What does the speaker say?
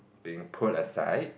being put aside